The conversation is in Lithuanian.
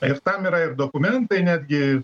ir tam yra ir dokumentai netgi